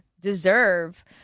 deserve